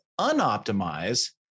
unoptimize